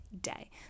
day